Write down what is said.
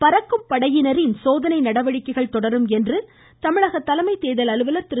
பறக்கும் படையினரின் சோதனை நடவடிக்கைகள் தொடரும் என்று தமிழக தலைமை தேர்தல் அலுவலர் திரு